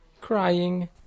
crying